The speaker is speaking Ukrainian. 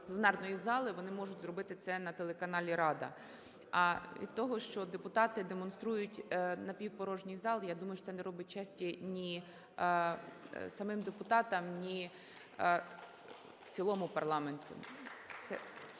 пленарної зали, вони можуть зробити це на телеканалі "Рада". А від того, що депутати демонструють напівпорожній зал, я думаю, що це не робить честі ні самим депутатам, ні в цілому парламенту.